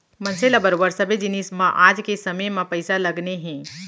मनसे ल बरोबर सबे जिनिस म आज के समे म पइसा लगने हे